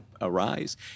arise